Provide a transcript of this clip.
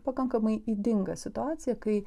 pakankamai ydingą situaciją kai